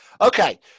Okay